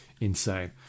insane